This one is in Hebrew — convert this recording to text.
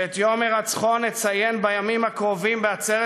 שאת יום הירצחו נציין בימים הקרובים בעצרת